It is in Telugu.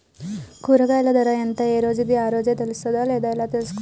కూరగాయలు ధర ఎంత ఏ రోజుది ఆ రోజే తెలుస్తదా ఎలా తెలుసుకోవాలి?